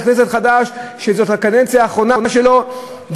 חבר כנסת חדש שזו הקדנציה האחרונה שלו,